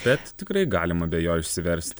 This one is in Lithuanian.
bet tikrai galima be jo išsiversti